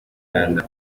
uganda